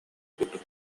курдук